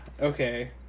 okay